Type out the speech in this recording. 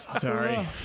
Sorry